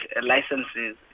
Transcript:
licenses